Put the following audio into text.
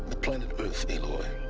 planet earth, aloy